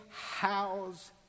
house